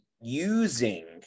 using